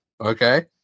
Okay